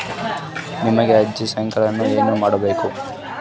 ವಿಮೆಗೆ ಅರ್ಜಿ ಸಲ್ಲಿಸಕ ಏನೇನ್ ಮಾಡ್ಬೇಕ್ರಿ?